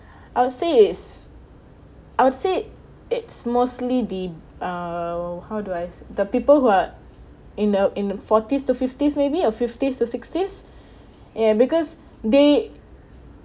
I would say is I would say it's mostly the err or how do I have the people who are in the in the forties to fifties maybe uh fifties to sixties ya because they